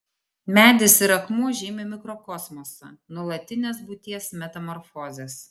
medis ir akmuo žymi mikrokosmosą nuolatines būties metamorfozes